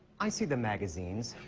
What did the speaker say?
i see the magazines.